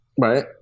Right